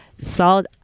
salt